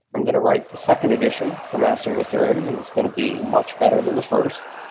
i'm going to write the second edition for mastering ethereum and it's going to be much better than the first,